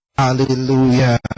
Hallelujah